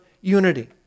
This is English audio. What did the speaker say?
unity